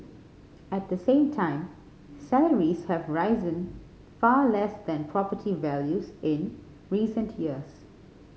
at the same time salaries have risen far less than property values in recent years